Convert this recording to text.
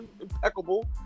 impeccable